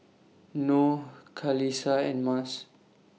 Noh Khalisa and Mas